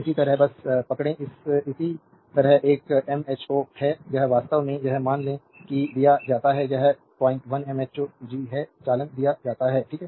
इसी तरह बस पकड़ें इसी तरह यह एमएचओ है यह वास्तव में यह मान है जी दिया जाता है यह 01 एमएचओ जी है चालन दिया जाता है ठीक है